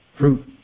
fruit